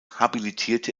habilitierte